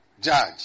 judge